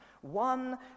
One